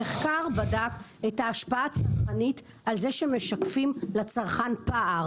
המחקר בדק את ההשפעה מזה שמשקפים לצרכן פער